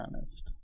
honest